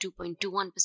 2.21%